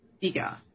bigger